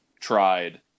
tried